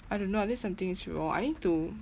I don't know I think something is wrong I need to